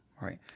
right